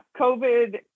covid